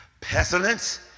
pestilence